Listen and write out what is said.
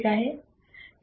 ठीक आहे